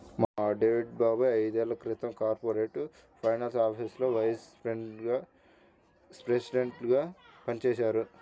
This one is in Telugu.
మా డేవిడ్ బాబాయ్ ఐదేళ్ళ క్రితం కార్పొరేట్ ఫైనాన్స్ ఆఫీసులో వైస్ ప్రెసిడెంట్గా పనిజేశారు